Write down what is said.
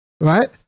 Right